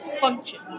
function